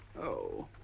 oh,